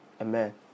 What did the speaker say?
Amen